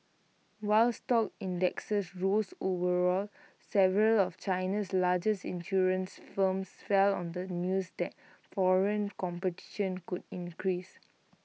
while stock indexes rose overall several of China's largest insurance firms fell on the news that foreign competition could increase